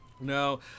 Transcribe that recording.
No